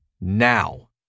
now